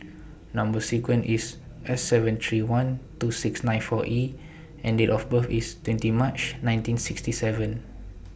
Number sequence IS S seven three one two six nine four E and Date of birth IS twenty March ninety sixty seven